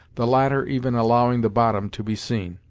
the latter even allowing the bottom to be seen.